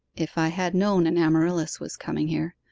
if i had known an amaryllis was coming here,